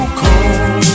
cold